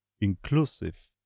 inclusive